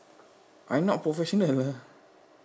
I not professional lah